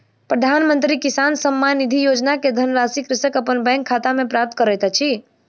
प्रधानमंत्री किसान सम्मान निधि योजना के धनराशि कृषक अपन बैंक खाता में प्राप्त करैत अछि